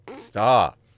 stop